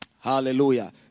hallelujah